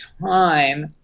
time